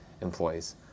employees